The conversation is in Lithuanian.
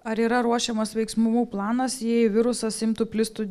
ar yra ruošiamas veiksmų planas jei virusas imtų plistų